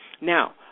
Now